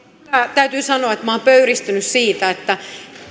täytyy sanoa että minä olen pöyristynyt siitä että